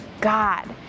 God